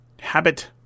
Habit